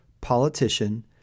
politician